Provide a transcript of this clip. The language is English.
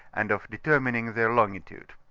and of detemuning their longitude.